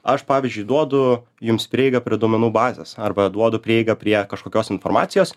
aš pavyzdžiui duodu jums prieigą prie duomenų bazės arba duodu prieigą prie kažkokios informacijos